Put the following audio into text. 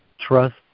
trust